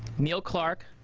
neil clark,